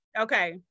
Okay